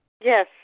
Yes